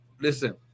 Listen